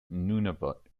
nunavut